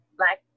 black